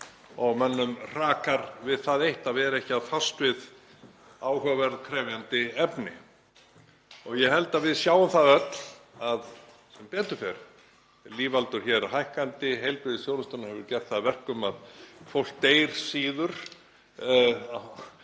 Mönnum hrakar við það eitt að vera ekki að fást við áhugaverð, krefjandi verkefni. Ég held að við sjáum það öll að sem betur fer er lífaldur hækkandi, heilbrigðisþjónustan hefur gert það að verkum að fólk deyr síður við